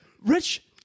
Rich